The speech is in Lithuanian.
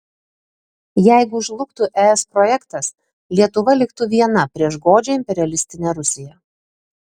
jeigu žlugtų es projektas lietuva liktų viena prieš godžią imperialistinę rusiją